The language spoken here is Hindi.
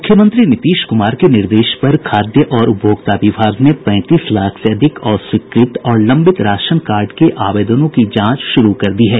मुख्यमंत्री नीतीश कुमार के निर्देश पर खाद्य और उपभोक्ता विभाग ने पैंतीस लाख से अधिक अस्वीकृत और लंबित राशन कार्ड के आवेदनों की जांच शुरू कर दी है